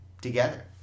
together